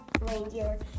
reindeer